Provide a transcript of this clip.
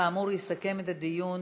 כאמור, יסכם את הדיון